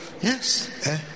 Yes